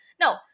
No